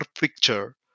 picture